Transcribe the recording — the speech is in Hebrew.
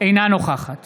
אינה נוכחת